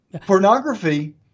Pornography